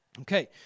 Okay